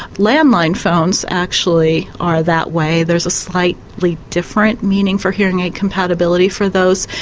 land line phones actually are that way there's a slightly like different meaning for hearing aid compatibility for those.